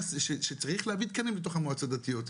וצריך להביא תקנים בתוך המועצות הדתיות.